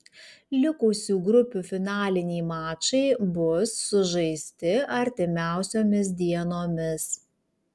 likusių grupių finaliniai mačai bus sužaisti artimiausiomis dienomis